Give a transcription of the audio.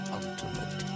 ultimate